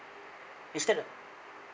is that a